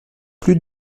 plus